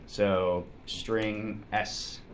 so string s